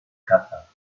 caza